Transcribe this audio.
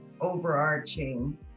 overarching